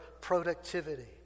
productivity